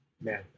Man